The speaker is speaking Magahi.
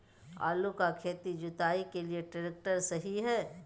आलू का खेत जुताई के लिए ट्रैक्टर सही है?